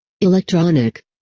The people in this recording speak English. electronic